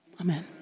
Amen